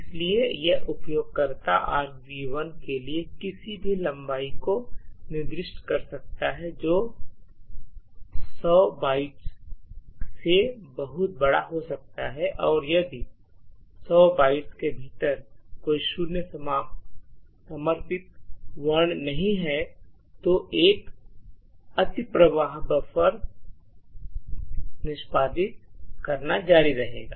इसलिए यह उपयोगकर्ता argv1 के लिए किसी भी लम्बाई को निर्दिष्ट कर सकता है जो 100 बाइट्स से बहुत बड़ा हो सकता है और यदि 100 बाइट्स के भीतर कोई शून्य समाप्ति वर्ण नहीं है तो एक अतिप्रवाह बफर निष्पादित करना जारी रखेगा